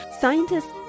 Scientists